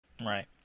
Right